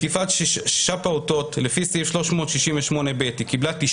בתקיפת 6 פעוטות לפי סעיף 368ב. היא קיבלה 9